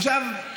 עכשיו, באמת,